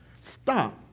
Stop